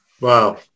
Wow